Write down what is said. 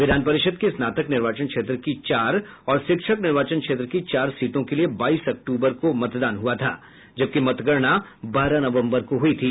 विधान परिषद् के स्नातक निर्वाचन क्षेत्र की चार और शिक्षक निर्वाचन क्षेत्र की चार सीटों के लिए बाईस अक्टूबर को मतदान हुआ था जबकि मतगणना बारह नवम्बर को हुई थी